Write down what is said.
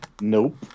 Nope